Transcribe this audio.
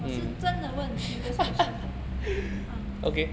我是真的问 serious question ah